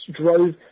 drove